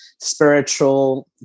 spiritual